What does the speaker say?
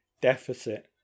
deficit